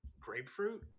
Grapefruit